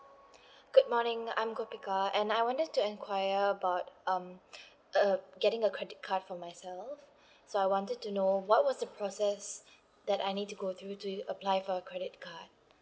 good morning I'm gopika and I wanted to enquire about um err getting a credit card for myself so I wanted to know what was the process that I need to go through to you apply for a credit card